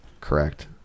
Correct